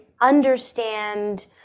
understand